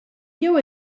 jew